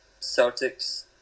Celtics